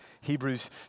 Hebrews